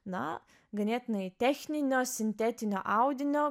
na ganėtinai techninio sintetinio audinio